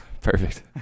Perfect